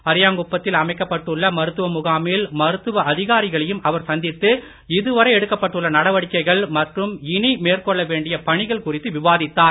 அரியாங்குப்பத்தில் அமைக்கப் பட்டுள்ள மருத்துவ முகாமில் மருத்துவ அதிகாரிகளையும் அவர் சந்தித்து இதுவரை எடுக்கப்பட்டுள்ள நடவடிக்கைகள் மற்றும் இனி மேற்கொள்ள வேண்டிய பணிகள் குறித்து விவாதித்தார்